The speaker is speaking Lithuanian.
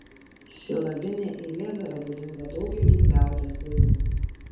silabinė eilėdara būdinga daugeliui liaudies dainų